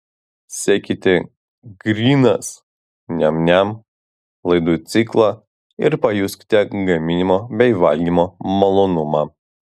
sekite grynas niam niam laidų ciklą ir pajuskite gaminimo bei valgymo malonumą